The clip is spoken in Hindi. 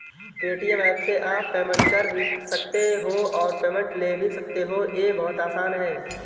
पेटीएम ऐप से आप पेमेंट कर भी सकते हो और पेमेंट ले भी सकते हो, ये बहुत आसान है